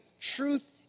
truth